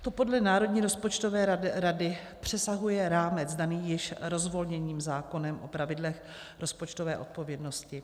To podle Národní rozpočtové rady přesahuje rámec daný již rozvolněním zákonem o pravidlech rozpočtové odpovědnosti.